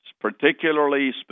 particularly